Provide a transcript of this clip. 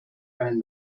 einen